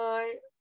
Bye